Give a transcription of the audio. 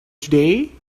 today